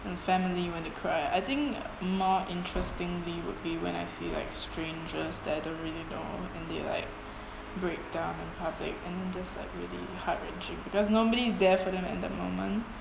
and family when they cry I think uh more interestingly would be when I see like strangers that I don't really know and they like break down in public and then just like really heart wrenching because nobody is there for them at that moment